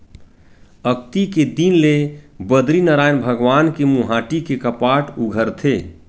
अक्ती के दिन ले बदरीनरायन भगवान के मुहाटी के कपाट उघरथे